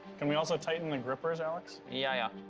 can we also tighten the grippers, alex? yeah, yeah.